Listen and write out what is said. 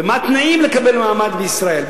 ומה התנאים לקבל מעמד בישראל,